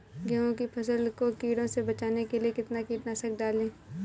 गेहूँ की फसल को कीड़ों से बचाने के लिए कितना कीटनाशक डालें?